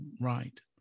right